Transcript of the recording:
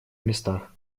местах